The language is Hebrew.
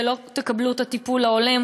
כי לא תקבלו את הטיפול ההולם,